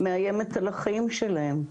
מאיימת על החיים שלהם,